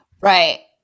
Right